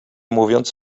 mówiąc